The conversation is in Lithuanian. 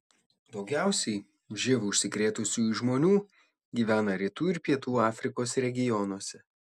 daugiausiai živ užsikrėtusiųjų žmonių gyvena rytų ir pietų afrikos regionuose